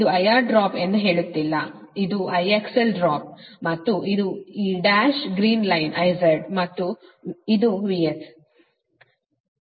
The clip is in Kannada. ಇದು IR ಡ್ರಾಪ್ ಎಂದು ಹೇಳುತ್ತಿಲ್ಲ ಇದು IXL ಡ್ರಾಪ್ ಮತ್ತು ಇದು ಈ ಡ್ಯಾಶ್ ಗ್ರೀನ್ ಲೈನ್ IZ ಮತ್ತು ಇದು VS